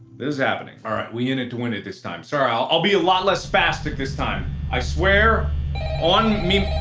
this is happening. all right, we in it to win it this time sorry, i'll i'll be a lot less spastic this time i swear on me.